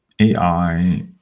AI